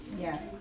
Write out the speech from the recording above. Yes